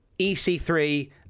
ec3